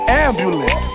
ambulance